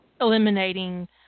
eliminating